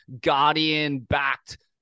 Guardian-backed